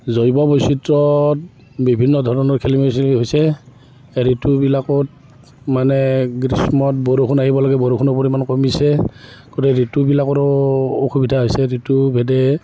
জৈৱ বৈচিত্ৰত বিভিন্ন ধৰণৰ খেলিমেলি হৈছে ঋতুবিলাকত মানে গ্ৰীষ্মত বৰষুণ আহিব লাগে বৰষুণৰ পৰিমাণ কমিছে গতিকে ঋতুবিলাকৰো অসুবিধা হৈছে ঋতুভেদে